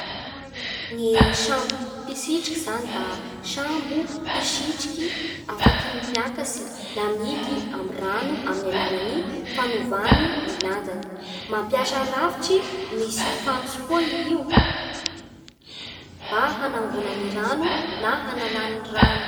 Ny sambo mpisitriky zany da sambo mpisitriky afaky miakatsy na midy amy rano amin'ny alalan'ny fanovany ny lanjany. Mampiasa rafitsy misy fantso koa i io mba hanangonany rano na hanalany ny rano.